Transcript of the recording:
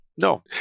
No